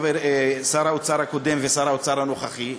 שר האוצר הקודם ושר האוצר הנוכחי,